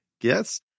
Yes